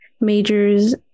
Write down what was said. majors